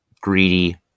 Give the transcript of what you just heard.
greedy